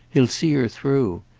he'll see her through.